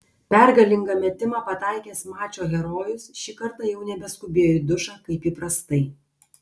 pergalingą metimą pataikęs mačo herojus šį kartą jau nebeskubėjo į dušą kaip įprastai